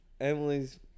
Emily's